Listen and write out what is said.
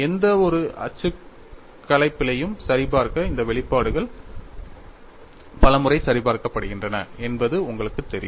எந்தவொரு அச்சுக்கலை பிழையும் சரிபார்க்க இந்த வெளிப்பாடுகள் பல முறை சரிபார்க்கப்படுகின்றன என்பது உங்களுக்குத் தெரியும்